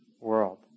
world